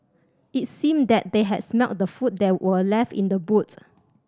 it seemed that they had smelt the food that were left in the boots